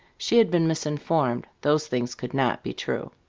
she had been misinformed. those things could not be true.